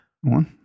One